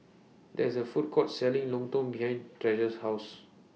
There IS A Food Court Selling Lontong behind Treasure's House